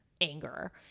anger